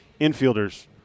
infielders